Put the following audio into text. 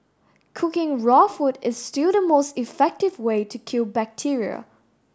cooking raw food is still the most effective way to kill bacteria